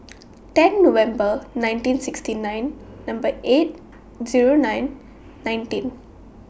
ten November nineteen sixty nine Number eight Zero nine nineteen